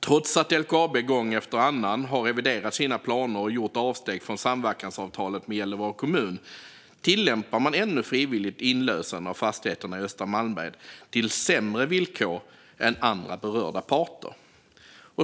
Trots att LKAB gång efter annan har reviderat sina planer och gjort avsteg från samverkansavtalet med Gällivare kommun tillämpar man ännu frivillig inlösen av fastigheterna i östra Malmberget till sämre villkor än för andra berörda parter.